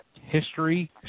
history